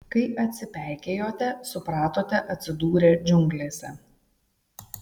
kai atsipeikėjote supratote atsidūrę džiunglėse